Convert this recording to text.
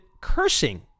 cursing